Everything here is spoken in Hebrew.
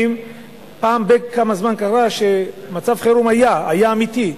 פעם בכמה זמן קרה שמצב חירום היה, היה אמיתי,